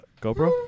GoPro